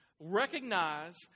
Recognize